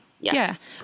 yes